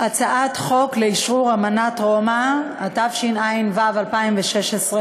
הצעת חוק לאשרור אמנת רומא, התשע"ו 2016,